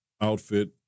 outfit